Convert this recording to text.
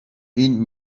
این